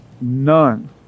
None